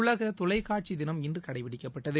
உலக தொலைக்காட்சி தினம் இன்று கடைப்பிடிக்கப்பட்டது